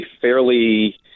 fairly